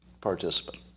participant